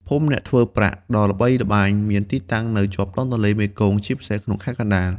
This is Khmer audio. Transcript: ភូមិអ្នកធ្វើប្រាក់ ដ៏ល្បីល្បាញមានទីតាំងនៅជាប់ដងទន្លេមេគង្គ ជាពិសេសក្នុងខេត្តកណ្តាល។